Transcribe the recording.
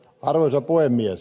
arvoisa puhemies